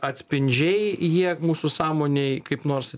atspindžiai jie mūsų sąmonėj kaip nors